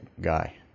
guy